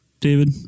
David